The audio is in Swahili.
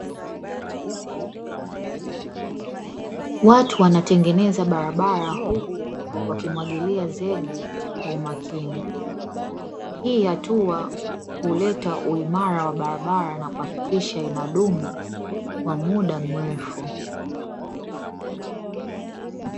Watu wanatengeneza barabara huku wakimwagilia zaidi kwa umakini, hii hatua huleta uimara wa barabara na kuhakikisha inadumu kwa muda mrefu.